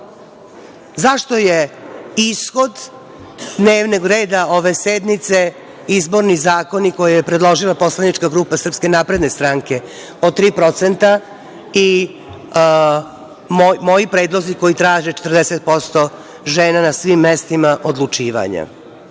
Zašto je ishod dnevnog reda ove sednice izborni zakoni koje je predložila poslanička grupa SNS od 3% i moji predlozi koji traže 40% žena na svim mestima odlučivanja?